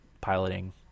piloting